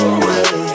away